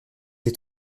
est